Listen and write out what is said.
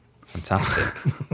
Fantastic